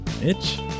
Mitch